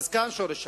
כאן שורש הבעיה.